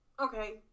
Okay